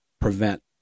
prevent